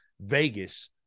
Vegas